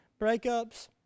Breakups